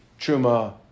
Truma